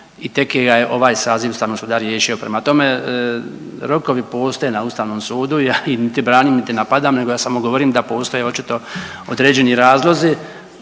i tek ga je ovaj saziv Ustavnog suda riješio. Prema tome, rokovi postoje na Ustavnom sudu i niti branim, niti napadam nego ja samo govorim da postoje očito određeni razlozi